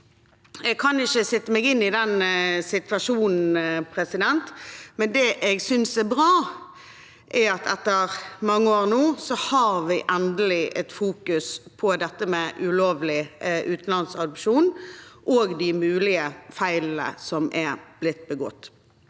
Jeg kan ikke sette meg inn i den situasjonen, men det jeg synes er bra, er at man etter mange år endelig fokuserer på dette med ulovlig utenlandsadopsjon og de mulige feilene som er begått.